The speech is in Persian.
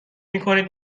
میکنید